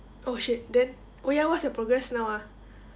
oh shit then oh ya what's your progress now ah